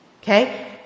Okay